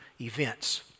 events